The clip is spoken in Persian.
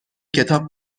کتاب